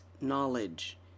Knowledge